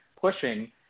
pushing